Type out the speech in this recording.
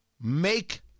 make